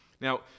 Now